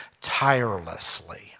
tirelessly